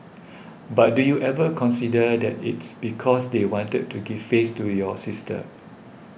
but do you ever consider that it's because they wanted to give face to your sister